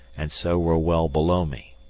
and so were well below me.